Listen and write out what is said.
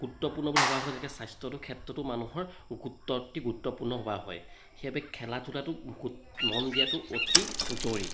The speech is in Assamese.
গুৰুত্বপূৰ্ণ বুলি ভবা হয় যেনেকৈ স্বাস্থ্যটোৰ ক্ষেত্ৰতো মানুহৰ গুৰুত্ব অতি গুৰুত্বপূৰ্ণ হোৱা হয় সেইবাবে খেলা ধূলাটো বহুত মন দিয়াটো অতি জৰুৰী